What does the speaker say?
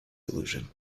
illusion